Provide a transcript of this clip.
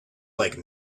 like